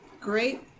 great